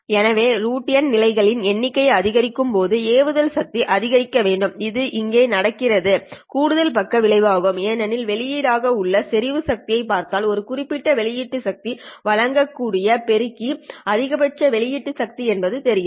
எனவே 1 நிலைகளின் எண்ணிக்கை ஐ அதிகரிக்கும்போது ஏவுதல் சக்தி அதிகரிக்க வேண்டும் இது இங்கே நடக்கும் கூடுதல் பக்க விளைவு ஆகும் ஏனெனில் வெளியீடு ஆக உள்ள செறிவு சக்தி பார்த்தால் ஒரு குறிப்பிட்ட உள்ளீட்டு சக்தி வழங்கக்கூடிய பெருக்கி அதிகபட்ச வெளியீட்டு சக்தி என்பது தெரிகிறது